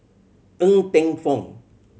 Ng Teng Fong